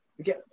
okay